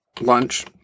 lunch